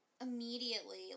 immediately